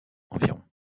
environ